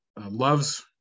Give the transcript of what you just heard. loves